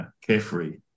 carefree